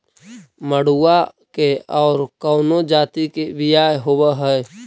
मडूया के और कौनो जाति के बियाह होव हैं?